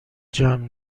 جمع